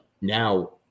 now